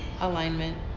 alignment